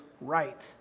right